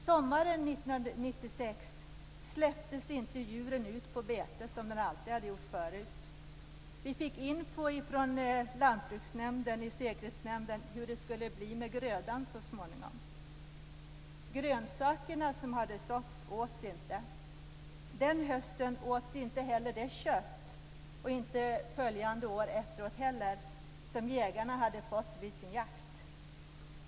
Sommaren 1986 släpptes djuren inte ut på bete som man alltid hade gjort förut. Vi fick information från lantbruksnämnden och säkerhetsnämnden om hur det skulle bli med grödan så småningom. De grönsaker som hade såtts åts inte. Den hösten och efterföljande år åts inte heller det kött som jägarna hade fått vid sin jakt.